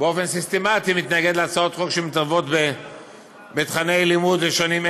באופן סיסטמטי מתנגד להצעות חוק שמתערבות בתוכני לימוד שונים.